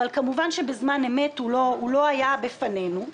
אבל כמובן שבזמן אמת הוא לא היה בפנינו.